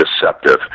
deceptive